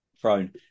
Thrown